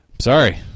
sorry